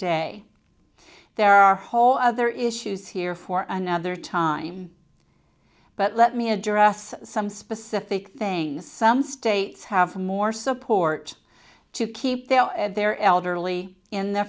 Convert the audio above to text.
day there are whole other issues here for another time but let me address some specific things some states have more support to keep their elderly in the